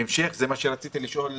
בהמשך זה מה שרציתי לשאול.